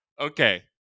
Okay